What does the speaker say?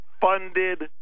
Funded